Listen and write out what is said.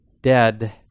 dead